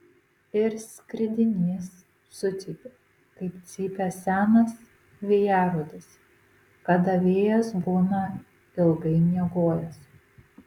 ir skridinys sucypė kaip cypia senas vėjarodis kada vėjas būna ilgai miegojęs